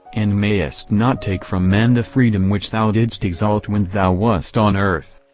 and mayest not take from men the freedom which thou didst exalt when thou wast on earth.